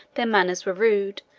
their manners were rude,